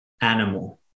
animal